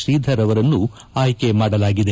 ಶ್ರೀಧರ್ ಅವರನ್ನು ಆಯ್ಕೆ ಮಾಡಲಾಗಿದೆ